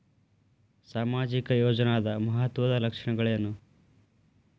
ಸಾಮಾಜಿಕ ಯೋಜನಾದ ಮಹತ್ವದ್ದ ಲಕ್ಷಣಗಳೇನು?